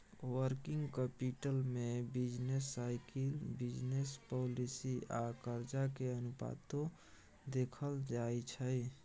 working capital में business cycle, business policy आ कर्जा के अनुपातो देखल जाइ छइ